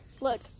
look